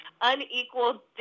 unequal